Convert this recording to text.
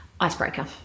Icebreaker